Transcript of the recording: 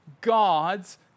God's